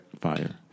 Fire